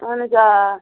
اَہن حظ آ